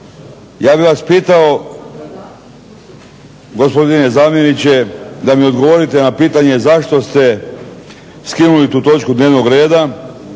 Ja bih vas pitao gospodine zamjeniče da mi odgovorite na pitanje zašto ste skinuli tu točku dnevnog reda,